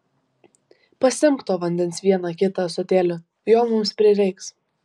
pasemk to vandens vieną kitą ąsotėlį jo mums prireiks